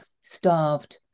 starved